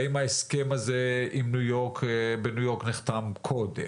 האם ההסכם הזה בניו יורק נחתם קודם?